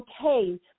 okay